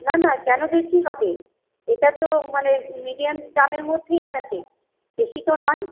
না না কেন বেশি হবে এটা তো মানে মিডিয়াম দামের মধ্যেই আছে বেশি তো নয়